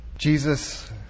Jesus